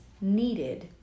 needed